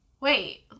wait